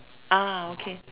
ah okay